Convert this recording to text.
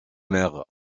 mer